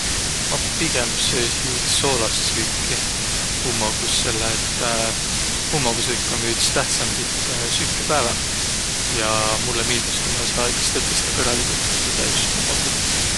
Ma pigem söösiq iks soolast süüki hummogus, selle et hummogusüük jo om üts tähtsämbit süüke pääväh ja mullõ miildüs, ku ma saa iks tõtõstõ kõrraligult kõtu täüs hummogu.